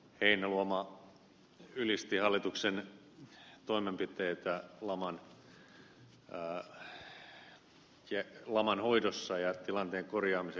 heinäluoma ylisti hallituksen toimenpiteitä laman hoidossa ja tilanteen korjaamiseksi